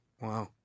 Wow